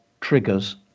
triggers